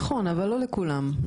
נכון, אבל לא לכולם.